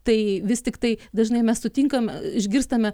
tai vis tiktai dažnai mes sutinkam išgirstame